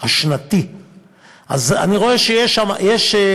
אז אני רואה שיש מגמה.